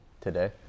today